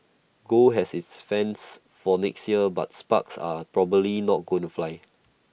gold has its fans for next year but sparks are probably not going to fly